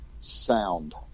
sound